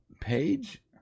page